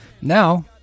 Now